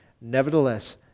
Nevertheless